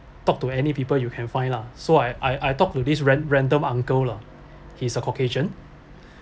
talk to any people you can find lah so I I I talk to this ran~ random uncle lah he's a caucasian